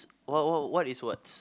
what what what is what's